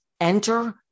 Enter